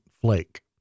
flake